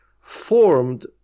formed